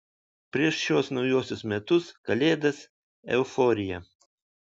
prieš šiuos naujuosius metus kalėdas euforija